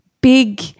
big